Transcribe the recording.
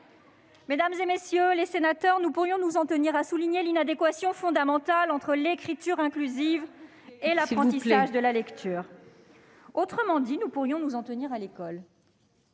Mesdames, messieurs les sénateurs ? S'il vous plaît !... nous pourrions nous en tenir à souligner l'inadéquation fondamentale entre écriture inclusive et apprentissage de la lecture. Caricature ! Autrement dit, nous pourrions nous en tenir à l'école.